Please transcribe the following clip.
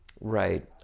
Right